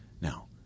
Now